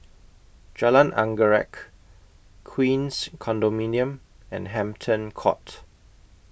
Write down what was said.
Jalan Anggerek Queens Condominium and Hampton Court